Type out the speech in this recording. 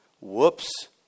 Whoops